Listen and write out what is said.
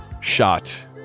shot